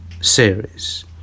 series